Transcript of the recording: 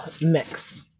mix